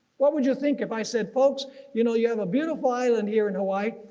what would you think if i said folks you know you have a beautiful island here in hawaii.